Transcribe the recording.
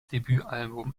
debütalbum